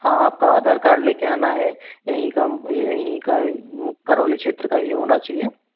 हाँ आपका आधार कार्ड लेके आना है यहीं का यहीं का वो करोली क्षेत्र का ही होना चाहिए